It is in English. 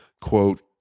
quote